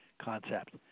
concept